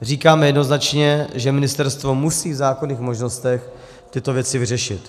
Říkáme jednoznačně, že ministerstvo musí v zákonných možnostech tyto věci vyřešit.